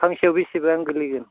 फांसेयाव बेसेबां गोग्लैगोन